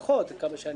עד כמה שאני מבין.